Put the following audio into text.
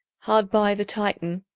hard by, the titan,